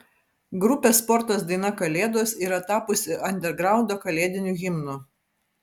grupės sportas daina kalėdos yra tapusi andergraundo kalėdiniu himnu